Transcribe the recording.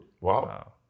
Wow